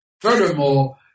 Furthermore